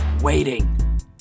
waiting